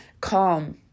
calm